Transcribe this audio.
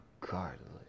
Regardless